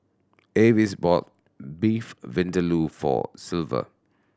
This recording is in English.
Avis bought Beef Vindaloo for Silver